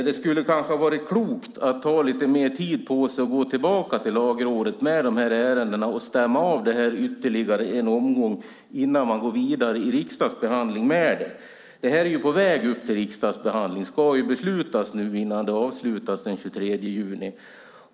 Det hade kanske varit klokt att ta lite mer tid på sig och gå tillbaka till Lagrådet med dessa ärenden för att stämma av ytterligare en omgång innan man går vidare med det i riksdagsbehandlingen. Det här är ju nu på väg mot riksdagsbehandling och ska beslutas före avslutningen den 23 juni.